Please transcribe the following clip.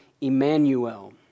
Emmanuel